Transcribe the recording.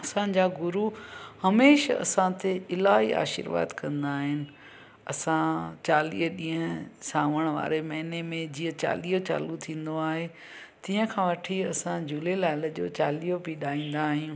असांजा गुरू हमेशह असां ते इलाही आशीर्वादु कंदा आहिनि असां चालीह ॾींहं सावण वारे महीने में जीअं चालीह चालू थींदो आहे तीअं खां वठी असां झूलेलाल जो चालीहो बि ॾाहींदा आहियूं